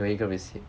有一个 receipt